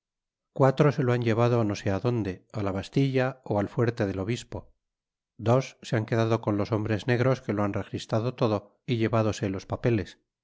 cuatro se lo han llevado no sé á donde á la bastilla ó al fuerte del obispo dos se han quedado con los hombres negros que lo han registrado todo y llevádose los papeles